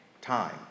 time